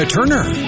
Turner